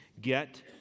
Get